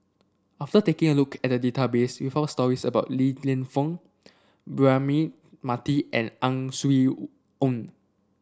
after taking a look at the database we found stories about Li Lienfung Braema Mathi and Ang Swee Aun